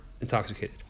intoxicated